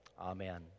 Amen